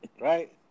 right